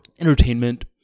entertainment